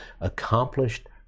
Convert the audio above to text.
accomplished